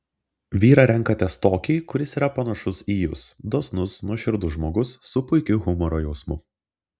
vyrą renkatės tokį kuris yra panašus į jus dosnus nuoširdus žmogus su puikiu humoro jausmu